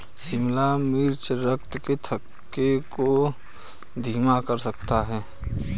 शिमला मिर्च रक्त के थक्के को धीमा कर सकती है